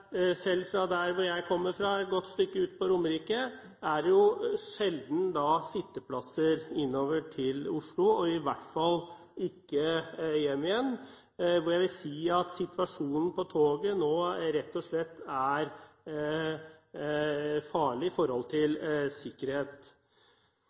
selv fra der hvor jeg kommer fra, et godt stykke ut på Romerike, er det sjelden sitteplasser innover til Oslo, og i hvert fall ikke hjem igjen. Jeg vil si at situasjonen på toget nå rett og slett er farlig med tanke på sikkerheten. Systemet er i